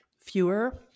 Fewer